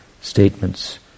statements